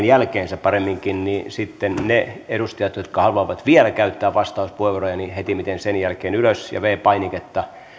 jälkeen sitten ne edustajat jotka haluavat vielä käyttää vastauspuheenvuoroja hetimmiten sen jälkeen ylös ja viides painiketta